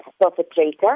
perpetrator